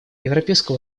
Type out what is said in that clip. европейского